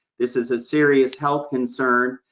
this is a serious health concern,